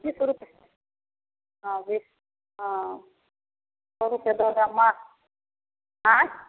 बीस रुपैए हँ बीस हँ सओ रुपैए ज्यादामे अँए